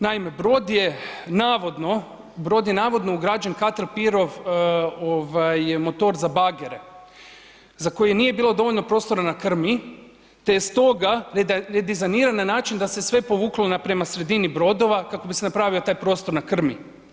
Naime, brod je navodno, u brod je navodno ugrađen Caterpillar motor za bagere, za koji nije bilo dovoljno prostora na krmi te je stoga redizajniran na način da se sve povuklo na prema sredini brodova kako bi se napravio taj prostor na krmi.